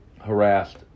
harassed